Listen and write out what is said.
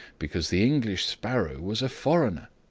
because the english sparrow was a foreigner,